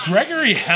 Gregory